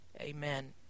Amen